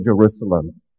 Jerusalem